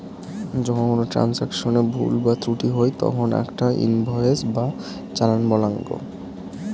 যখন কোনো ট্রান্সাকশনে ভুল বা ত্রুটি হই তখন আকটা ইনভয়েস বা চালান বলাঙ্গ